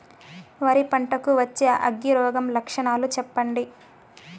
వరి పంట కు వచ్చే అగ్గి రోగం లక్షణాలు చెప్పండి?